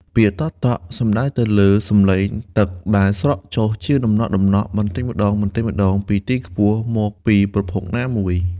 ពាក្យ តក់ៗ សំដៅទៅលើសំឡេងទឹកដែលស្រក់ចុះជាដំណក់ៗបន្តិចម្ដងៗពីទីខ្ពស់ ឬពីប្រភពណាមួយ។